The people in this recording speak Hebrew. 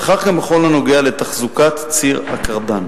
וכך גם בכל הנוגע לתחזוקת ציר הקרדן.